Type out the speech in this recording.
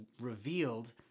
revealed